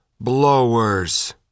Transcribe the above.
blowers